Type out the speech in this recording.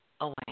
away